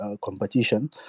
competition